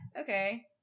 Okay